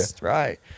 right